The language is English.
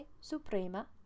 Suprema